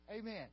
Amen